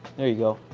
there you go.